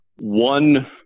One